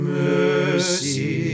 mercy